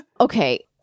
Okay